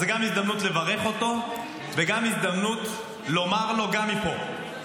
אז זו גם הזדמנות לברך אותו וגם הזדמנות לומר לו מפה,